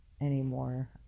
anymore